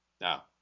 Now